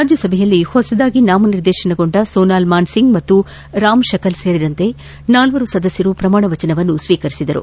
ರಾಜ್ಯಸಭೆಯಲ್ಲಿ ಹೊಸದಾಗಿ ನಾಮನಿದೇರ್ಶನಗೊಂಡ ಸೋನಾಲ್ ಮಾನ್ಸಿಂಗ್ ಮತ್ತು ರಾಮ್ಶಕಲ್ ಸೇರಿದಂತೆ ನಾಲ್ವರು ಸದಸ್ಲರು ಪ್ರಮಾಣ ವಚನ ಸ್ವೀಕರಿಸಿದರು